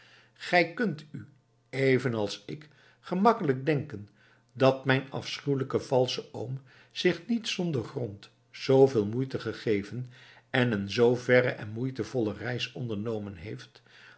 gij kunt u evenals ik gemakkelijk denken dat mijn afschuwelijke valsche oom zich niet zonder grond zooveel moeite gegeven en een zoo verre en moeitevolle reis ondernomen heeft